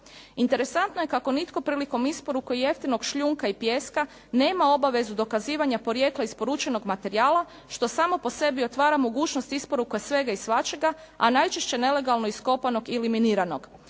Interesantno je kako nitko prilikom isporuke jeftinog šljunka i pijeska nema obavezu dokazivanja porijekla isporučenog materijala što samo po sebi otvara mogućnost isporuke svega i svačega, a najčešće nelegalno iskopanog ili miniranog.